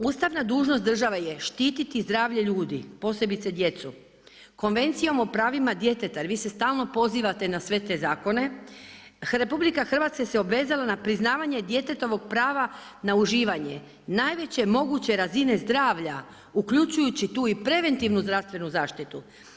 Ustavna dužnost države je štiti zdravlje ljudi, posebice djecu Konvencijom o pravima djeteta jer vi se stalno pozivate na sve te zakone, RH se obvezala na priznavanje djetetovog prava na uživanje najveće moguće razine zdravlja uključujući tu i preventivnu zdravstvenu zaštitu.